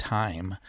time